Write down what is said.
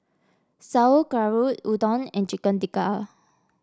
Sauerkraut Udon and Chicken Tikka